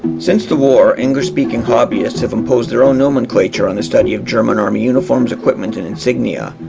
since the war, english-speaking hobbyists have imposed their own nomenclature on the study of german army uniforms, equipment and insignia.